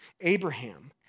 Abraham